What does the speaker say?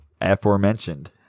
aforementioned